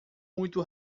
muito